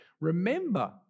Remember